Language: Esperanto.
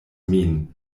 min